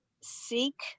seek